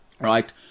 Right